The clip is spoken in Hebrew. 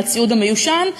על הציוד המיושן,